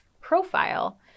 profile